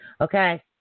Okay